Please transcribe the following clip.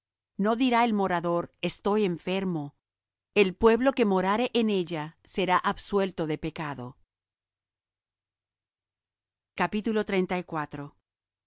no dirá el morador estoy enfermo el pueblo que morare en ella será absuelto de pecado gentes allegaos á